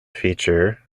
feature